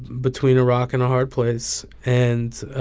between a rock and a hard place. and,